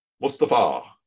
Mustafa